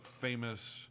famous